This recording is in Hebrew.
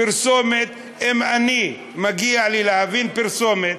פרסומת, אם מגיע לי להבין פרסומת,